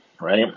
right